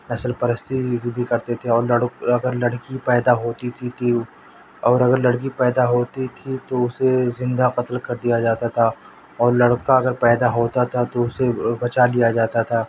نسل پرستی بھی کرتے تھے اور لڑ اگر لڑکی پیدا ہوتی تھی کہ اور اگر لڑکی پیدا ہوتی تھی تو اسے زندہ قتل کر دیا جاتا تھا اور لڑکا اگر پیدا ہوتا تھا تو اسے بچا لیا جاتا تھا